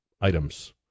items